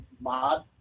mod